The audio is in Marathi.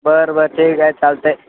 बरं बरं ठीक आहे चालतं आहे